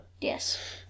Yes